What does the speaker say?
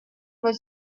was